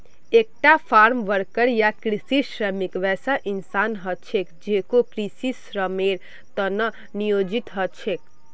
एकता farmworker या कृषि श्रमिक वैसा इंसान ह छेक जेको कृषित श्रमेर त न नियोजित ह छेक